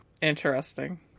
interesting